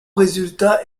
résultat